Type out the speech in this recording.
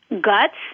guts